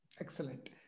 Excellent